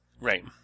Right